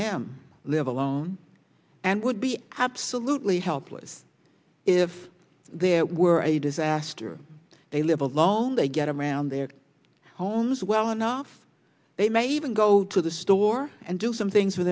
them live alone and would be absolutely helpless if there were a disaster they live alone they get around their homes well enough they may even go to the store and do some things for